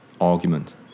argument